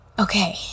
Okay